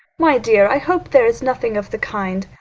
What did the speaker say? my dear, i hope there is nothing of the kind.